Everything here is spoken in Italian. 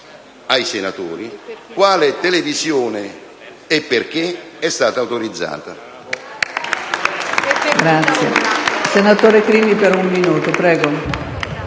ai senatori quale televisione, e perché, è stata autorizzata